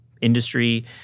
industry